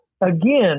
again